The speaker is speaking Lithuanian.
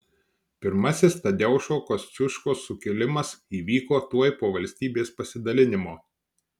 pirmasis tadeušo kosciuškos sukilimas įvyko tuoj po valstybės pasidalinimo